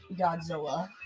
Godzilla